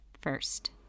first